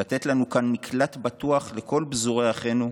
לתת לנו כאן מקלט בטוח לכל פזורי אחינו,